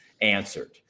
answered